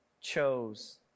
chose